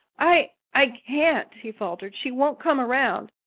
i i can't, he faltered. she won't come around.